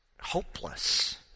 hopeless